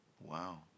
wow